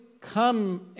come